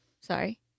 sorry